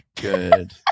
Good